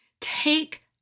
take